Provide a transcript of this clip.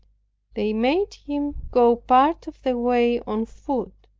they made him go part of the way on foot,